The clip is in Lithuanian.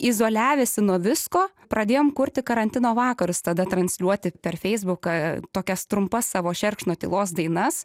izoliavęsi nuo visko pradėjom kurti karantino vakarus tada transliuoti per feisbuką tokias trumpas savo šerkšno tylos dainas